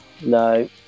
No